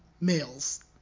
males